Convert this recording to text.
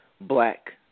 black